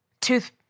Tooth